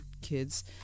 kids